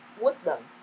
wisdom